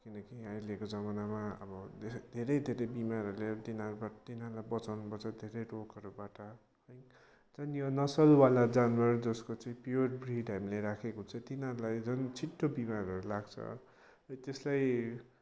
किनकि अहिलेको जमानामा अब धेरै धेरै धेरै बिमारहरूले तिनीहरूको तिनीहरूलाई बचाउनुपर्छ धेरै रोगहरूबाट है तर यो नसलवाला जानवर जसको चाहिँ प्योर ब्रिड हामीले राखेको छ तिनीहरूलाई झन् छिट्टो बिमारहरू लाग्छ र त्यसलाई